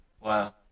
Wow